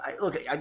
Look